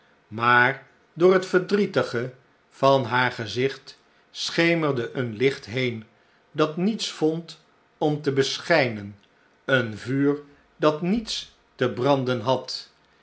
maar door het verdrietige van haar gezicht schemerde een licht heen dat niets vond om te beschijnen een vuur dat niets te branden had